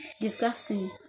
disgusting